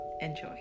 Enjoy